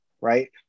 right